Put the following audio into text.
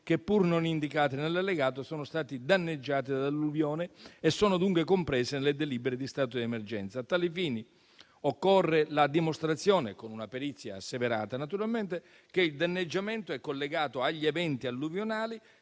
che, pur non indicati nell'allegato, sono stati danneggiati dall'alluvione e sono dunque compresi nelle delibere di stato di emergenza. A tali fini occorre la dimostrazione, con una perizia asseverata, che il danneggiamento è collegato agli eventi alluvionali,